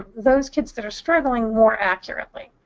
those kids that are struggling more accurately.